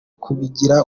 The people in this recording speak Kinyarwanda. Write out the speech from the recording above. kubigira